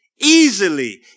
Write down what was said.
Easily